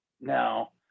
now